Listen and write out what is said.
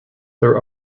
there